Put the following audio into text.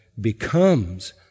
becomes